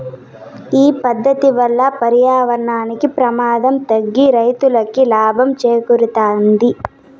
ఈ పద్దతి వల్ల పర్యావరణానికి ప్రమాదం తగ్గి రైతులకి లాభం చేకూరుతాది